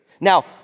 Now